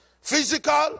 Physical